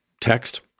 text